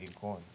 corn